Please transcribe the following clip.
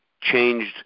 changed